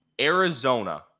Arizona